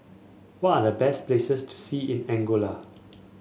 what are the best places to see in Angola